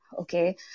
Okay